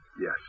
Yes